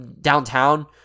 downtown